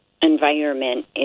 environment